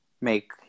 make